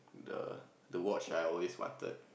the the watch I always wanted